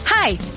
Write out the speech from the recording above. Hi